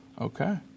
Okay